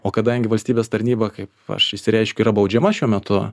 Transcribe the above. o kadangi valstybės tarnyba kaip aš išsireiškiu yra baudžiama šiuo metu